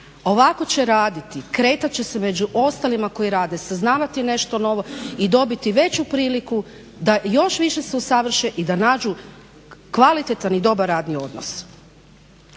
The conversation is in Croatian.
Ovako će raditi, kretat će se među ostalima koji rade, saznavati nešto novo i dobiti veću priliku da još više se usavrše i da nađu kvalitetan i dobar radni odnos.